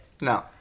no